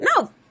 No